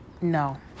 No